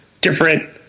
different